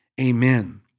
amen